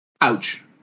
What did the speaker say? Ouch